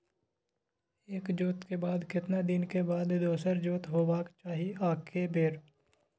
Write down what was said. एक जोत के बाद केतना दिन के बाद दोसर जोत होबाक चाही आ के बेर?